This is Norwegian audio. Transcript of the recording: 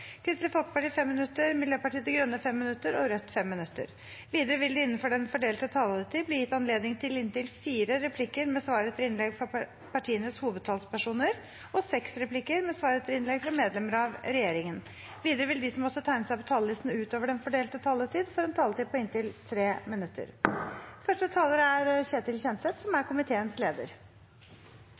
Kristelig Folkeparti 5 minutter, Miljøpartiet De Grønne 5 minutter og Rødt 5 minutter. Videre vil det – innenfor den fordelte taletid – bli gitt anledning til inntil fire replikker med svar etter innlegg fra partienes hovedtalspersoner og seks replikker med svar etter innlegg fra medlemmer av regjeringen. Videre vil de som måtte tegne seg på talerlisten utover den fordelte taletid, få en taletid på inntil 3 minutter.